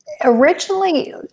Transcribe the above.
originally